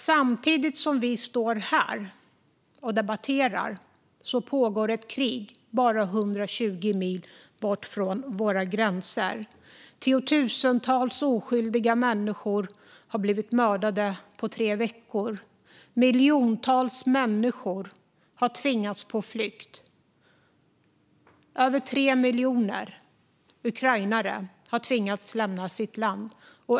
Samtidigt som vi står här och debatterar pågår ett krig bara 120 mil från våra gränser. Tiotusentals oskyldiga människor har blivit mördade på tre veckor. Miljontals människor har tvingats på flykt. Över 3 miljoner ukrainare har tvingats lämna sitt land.